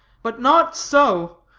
but not so.